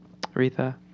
Aretha